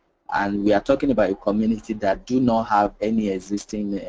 and we are talking about communities that do not have any existing